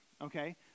okay